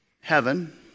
Heaven